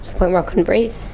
point where i couldn't breathe.